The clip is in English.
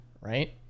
right